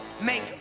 Make